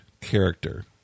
character